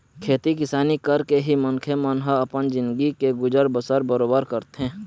खेती किसानी करके ही मनखे मन ह अपन जिनगी के गुजर बसर बरोबर करथे